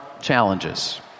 challenges